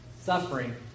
suffering